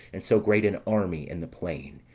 and so great an army in the plain,